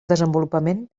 desenvolupament